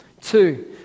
Two